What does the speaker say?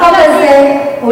חברת הכנסת מיכאלי, תודה רבה.